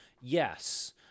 Yes